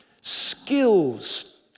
skills